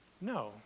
No